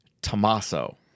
Tommaso